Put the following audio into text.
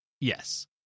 Yes